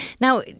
Now